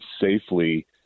safely